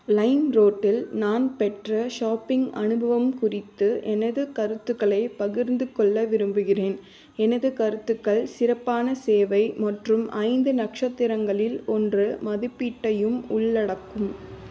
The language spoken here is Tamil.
லைம்ரோட்டில் நான் பெற்ற ஷாப்பிங் அனுபவம் குறித்து எனது கருத்துக்களைப் பகிர்ந்துக்கொள்ள விரும்புகிறேன் எனது கருத்துக்கள் சிறப்பான சேவை மற்றும் ஐந்து நட்சத்திரங்களில் ஒன்று மதிப்பீட்டையும் உள்ளடக்கும்